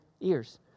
ears